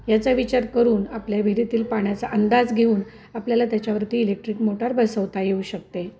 याचा विचार करून आपल्या विहिरीतील पाण्याचा अंदाज घेऊन आपल्याला त्याच्यावरती इलेक्ट्रिक मोटार बसवता येऊ शकते